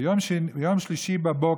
ביום שלישי בבוקר,